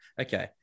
okay